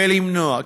ו"למנוע".